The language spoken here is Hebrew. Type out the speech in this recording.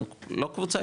זו לא קבוצה חלשה?